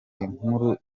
inkuru